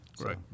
Right